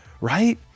right